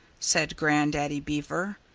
said grandaddy beaver.